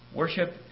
Worship